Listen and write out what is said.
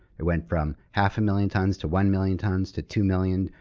it went from half a million tons, to one million tons, to two million,